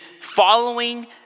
following